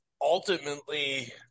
ultimately